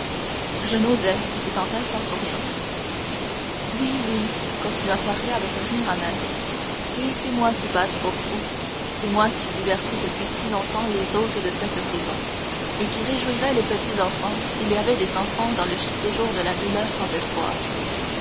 je n'osais dit dantès en souriant oui oui continua faria avec un rire amer oui c'est moi qui passe pour fou c'est moi qui divertis depuis si longtemps les hôtes de cette prison et qui réjouirais les petits enfants s'il y avait des enfants dans le séjour de la douleur sans espoir